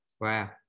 wow